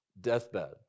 deathbed